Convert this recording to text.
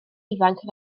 ifanc